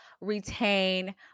retain